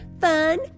fun